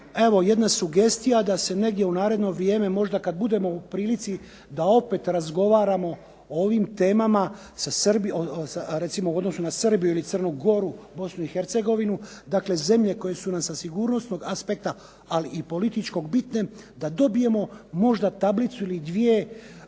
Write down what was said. jedna sugestija da se negdje u naredno vrijeme možda kada budemo u prilici da opet razgovaramo o ovim temama recimo u odnosu na Srbiju, Crnu Goru, Bosnu i Hercegovinu dakle zemlje koje su nam sa sigurnosnog aspekta ali i političkog bitne da dobijemo možda tablicu ili dvije